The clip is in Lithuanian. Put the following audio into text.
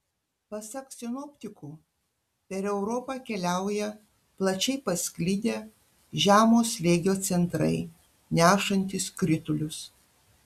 pasak sinoptikų per europą keliauja plačiai pasklidę žemo slėgio centrai nešantys kritulius